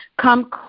Come